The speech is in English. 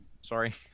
Sorry